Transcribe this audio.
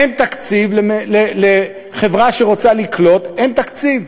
אין תקציב, לחברה שרוצה לקלוט אין תקציב.